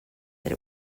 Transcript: that